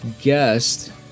guest